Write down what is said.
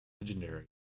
legendary